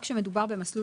רק כשמדובר במסלול